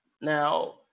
now